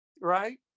Right